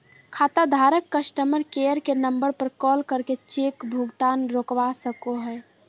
खाताधारक customer care के number पर कॉल करके चेक भुगतान रोकवा सको हय